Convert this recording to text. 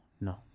no